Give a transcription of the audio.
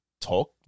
talk